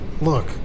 look